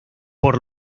por